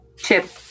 Chip